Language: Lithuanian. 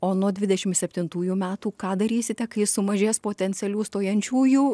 o nuo dvidešim septintųjų metų ką darysite kai sumažės potencialių stojančiųjų